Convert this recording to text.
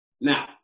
Now